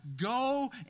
go